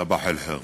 סבאח אל-ח'יר.